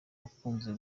akunze